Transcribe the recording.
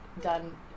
done